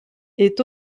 est